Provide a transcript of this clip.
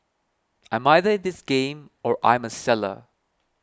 I'm either in this game or I'm a seller